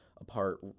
apart